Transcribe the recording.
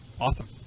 awesome